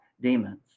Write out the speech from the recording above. demons